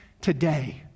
today